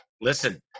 Listen